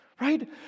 right